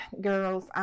girls